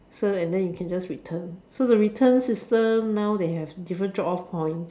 so and then you can just return so the return system now they have different drop off points